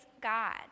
God